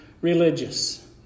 religious